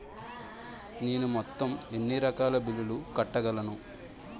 నేను మొత్తం ఎన్ని రకాల బిల్లులు కట్టగలను?